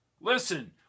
Listen